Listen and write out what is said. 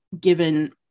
given